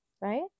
right